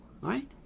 right